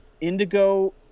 Indigo